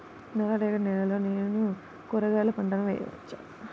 నల్ల రేగడి నేలలో నేను కూరగాయల పంటను వేయచ్చా?